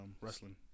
Wrestling